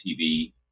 tv